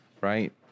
right